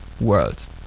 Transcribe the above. world